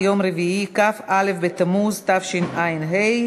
11 חברי כנסת בעד, אין מתנגדים, אין נמנעים.